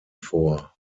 vor